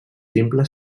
simple